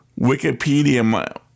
Wikipedia